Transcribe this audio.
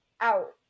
out